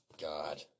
God